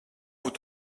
vous